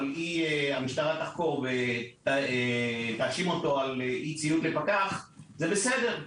והמשטרה תחקור ותאשים אותו על אי ציות לפקח זה בסדר.